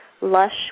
Lush